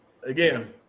Again